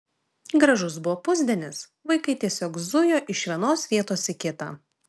gražus buvo pusdienis vaikai tiesiog zujo iš vienos vietos į kitą